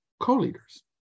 co-leaders